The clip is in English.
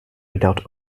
without